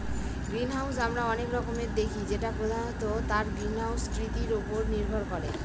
greenhouse আমরা অনেক রকমের দেখি যেটা প্রধানত তার গ্রিনহাউস কৃতির উপরে নির্ভর করে